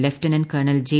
lieutenant colonel J